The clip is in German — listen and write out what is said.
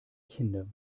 kinder